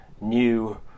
new